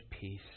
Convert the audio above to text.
peace